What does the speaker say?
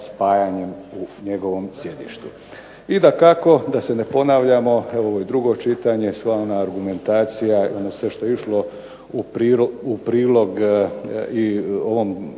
spajanjem u njegovom sjedištu. I dakako, da se ne ponavljamo, evo ovo je drugo čitanje, sva ona argumentacija i ono sve što je išlo u prilog i ovom